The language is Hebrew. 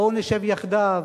בואו נשב יחדיו.